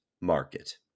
market